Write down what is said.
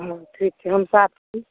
हँ ठीक छै हम साथ छी